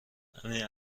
همین